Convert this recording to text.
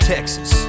Texas